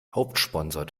hauptsponsor